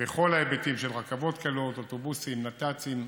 בכל ההיבטים: רכבות קלות, אוטובוסים, נת"צים,